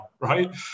Right